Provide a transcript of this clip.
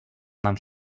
nam